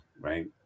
right